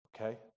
okay